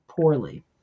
poorly